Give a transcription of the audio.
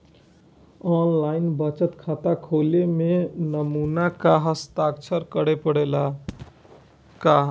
आन line बचत खाता खोले में नमूना हस्ताक्षर करेके पड़ेला का?